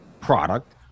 product